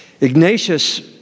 Ignatius